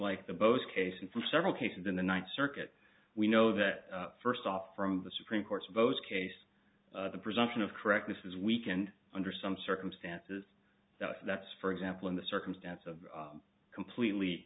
like the bose case and from several cases in the ninth circuit we know that first off from the supreme court's votes case the presumption of correctness is weakened under some circumstances that's for example in the circumstance of completely